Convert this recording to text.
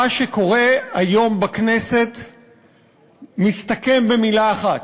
מה שקורה היום בכנסת מסתכם במילה אחת: